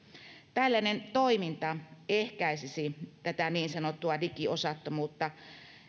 tällainen toiminta ehkäisisi niin sanottua digiosattomuutta